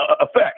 effect